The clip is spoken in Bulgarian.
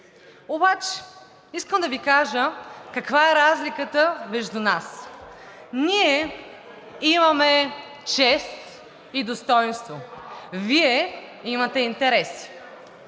Обаче искам да Ви кажа каква е разликата между нас. Ние имаме чест и достойнство, Вие имате интереси;